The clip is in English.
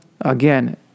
again